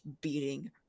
beating